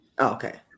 okay